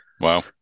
Wow